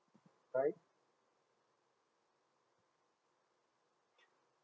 right